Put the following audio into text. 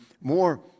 more